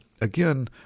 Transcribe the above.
Again